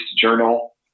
journal